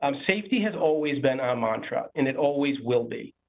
um safety has always been our mantra and it always will be.